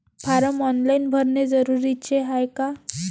Form online भरने जरुरीचे हाय का?